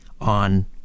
on